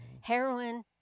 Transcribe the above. heroin